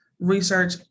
research